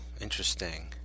interesting